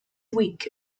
week